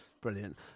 Brilliant